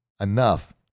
enough